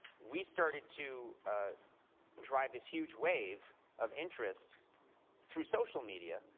we started to drive this huge wave of interest through social media,